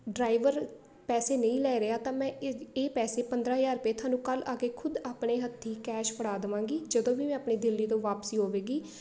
driver ਪੈਸੇ ਨਹੀਂ ਲੈ ਰਿਹਾ ਤਾਂ ਮੈਂ ਇ ਇਹ ਪੈਸੇ ਪੰਦਰ੍ਹਾਂ ਹਜ਼ਾਰ ਰੁਪਏ ਤੁਹਾਨੂੰ ਕੱਲ੍ਹ ਆ ਕੇ ਖੁਦ ਆਪਣੇ ਹੱਥੀਂ ਕੈਸ਼ ਫੜਾ ਦੇਵਾਂਗੀ ਜਦੋਂ ਵੀ ਮੈਂ ਆਪਣੇ ਦਿੱਲੀ ਤੋਂ ਵਾਪਸੀ ਹੋਵੇਗੀ